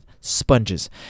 sponges